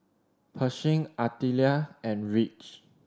Pershing Artelia and Ridge